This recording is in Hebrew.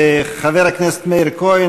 חבר הכנסת מאיר כהן,